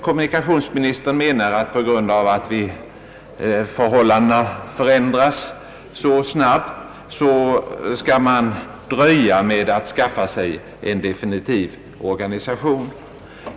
Kommunikationsministern menar att man på grund av att förhållandena förändras så snabbt skall dröja med att skaffa sig en definitiv organisation.